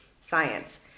science